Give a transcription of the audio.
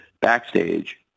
backstage